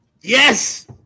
Yes